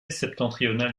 septentrionale